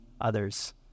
others